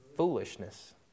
Foolishness